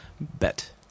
Bet